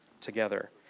together